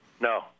No